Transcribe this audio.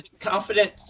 Confidence